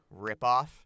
ripoff